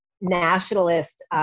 nationalist